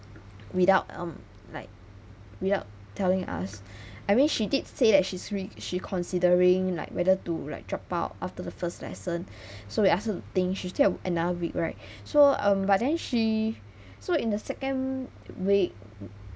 without um them like without telling us I mean she did say that she's re~ she considering like whether to like drop out after the first lesson so we ask her to think she still have another week right so um but then she so in the second week